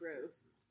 Gross